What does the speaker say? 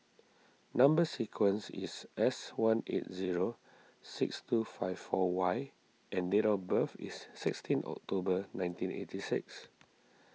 Number Sequence is S one eight zero six two five four Y and date of birth is sixteen October nineteen eight six